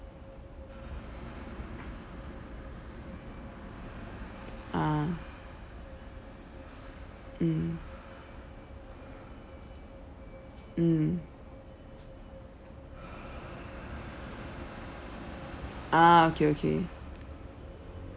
ah mm mm ah okay okay